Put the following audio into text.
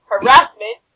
Harassment